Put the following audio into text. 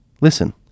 Listen